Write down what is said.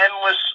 endless